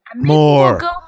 More